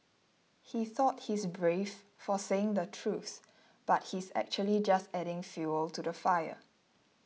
he thought he's brave for saying the truth but he's actually just adding fuel to the fire